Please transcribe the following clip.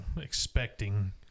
expecting